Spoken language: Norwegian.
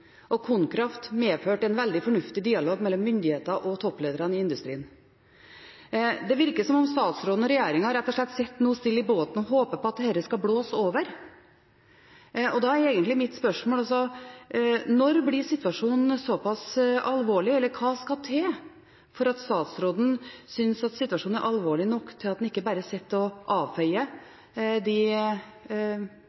og KonKraft medførte en veldig fornuftig dialog mellom myndigheter og topplederne i industrien. Det virker som om statsråden og regjeringen nå rett og slett sitter stille i båten og håper på at dette skal blåse over, og da er egentlig mitt spørsmål: Når blir situasjonen alvorlig, eller hva skal til for at statsråden synes at situasjonen er alvorlig nok til at han ikke bare sitter og avfeier de